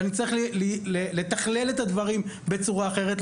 ואני צריך לתכלל את הדברים בצורה אחרת,